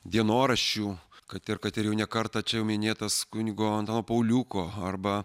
dienoraščių kad ir kad jau ne kartą čia jau minėtas kunigo antano pauliuko arba